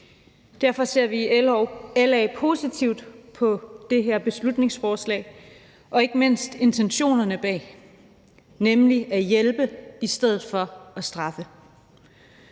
Derfor ser vi i LA positivt på det her beslutningsforslag og ikke mindst intentionerne bag det, nemlig at hjælpe i stedet for at straffe.